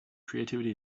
creativity